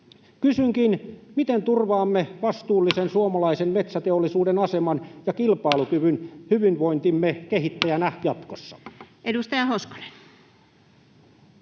vastuullisen suomalaisen metsäteollisuuden aseman ja kilpailukyvyn hyvinvointimme kehittäjänä jatkossa? Edustaja Hoskonen.